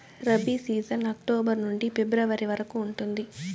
rabi season October నుండి February వరకు ఉంటుంది